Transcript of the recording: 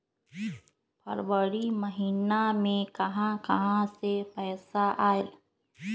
फरवरी महिना मे कहा कहा से पैसा आएल?